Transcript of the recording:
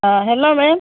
O hello ma'am